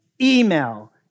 email